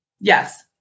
yes